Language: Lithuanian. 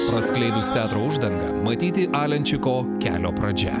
praskleidus teatro uždangą matyti alenčiko kelio pradžia